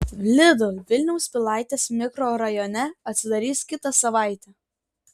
lidl vilniaus pilaitės mikrorajone atsidarys kitą savaitę